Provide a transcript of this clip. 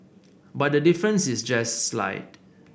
but the difference is just slight